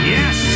Yes